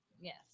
Yes